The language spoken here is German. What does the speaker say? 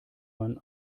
man